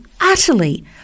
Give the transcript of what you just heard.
utterly